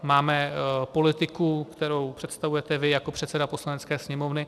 Máme politiku, kterou představujete vy jako předseda Poslanecké sněmovny.